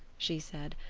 she said,